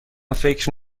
فکر